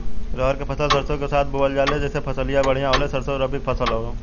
रहर क फसल सरसो के साथे बुवल जाले जैसे फसलिया बढ़िया होले सरसो रबीक फसल हवौ